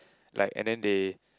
like and then they